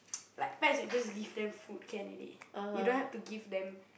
like pets you just give them food can already you don't have to give them